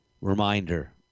reminder